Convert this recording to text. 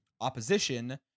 opposition